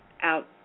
out